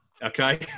Okay